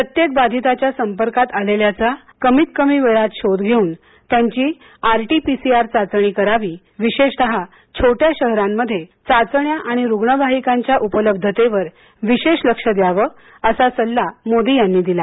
प्रत्येक बाधिताच्या संपर्कात आलेल्याचा कमीत कमी वेळात शोध घेऊन त्यांची R T P C R चाचणी करावी विशेषतः छोट्या शहरांमध्ये चाचण्या आणि रुग्णवाहिकांच्या उपलब्धतेवर विशेष लक्ष द्यावे असा सल्ला मोदी यांनी दिला